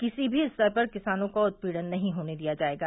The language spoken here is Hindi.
किसी भी स्तर पर किसानों का उत्पीड़न नहीं होने दिया जायेगा